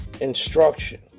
instruction